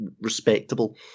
respectable